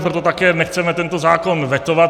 Proto také nechceme tento zákon vetovat.